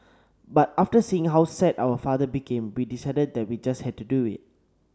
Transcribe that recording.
but after seeing how sad our father became we decided that we just had to do it